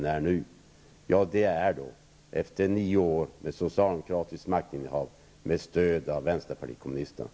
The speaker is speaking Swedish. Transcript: Det har i så fall inträffat efter nio år av socialdemokratiskt maktinnehav, under de senaste åren med stöd av vänsterpartiet kommunisterna.